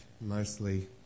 mostly